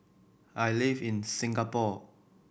I live in Singapore